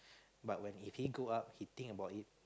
but when he think grow up he think about it